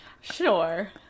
sure